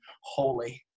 holy